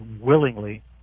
willingly